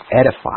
edify